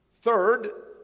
Third